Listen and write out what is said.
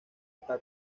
está